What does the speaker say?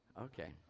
Okay